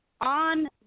on